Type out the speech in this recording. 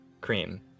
Cream